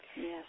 Yes